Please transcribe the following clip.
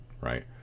right